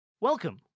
Welcome